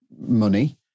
money